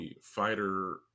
fighter